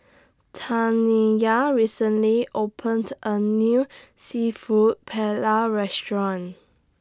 Taniya recently opened A New Seafood Paella Restaurant